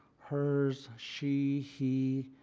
hers, she, he,